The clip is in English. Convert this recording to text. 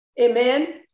Amen